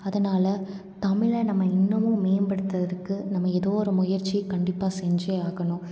அதனால் தமிழை நம்ம இன்னுமும் மேம்படுத்துவதற்கு நம்ம ஏதோ ஒரு முயற்சி கண்டிப்பாக செஞ்சே ஆகணும்